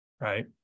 right